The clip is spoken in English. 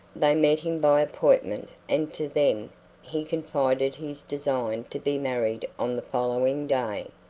they met him by appointment and to them he confided his design to be married on the following day.